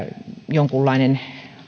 jonkunlainen